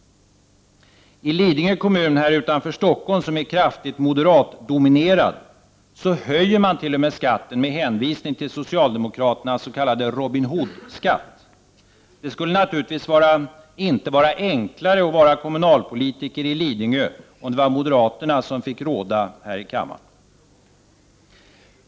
I Lidingö kommun här utanför Stockholm som är kraftigt moderatdominerad höjer man t.o.m. skatten med hänvisning till socialdemokraternas s.k. Robin Hood-skatt. Det skulle naturligtvis inte vara enklare att vara kommunalpolitiker i Lidingö om moderaterna här i kammaren fick råda.